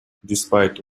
despite